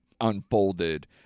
unfolded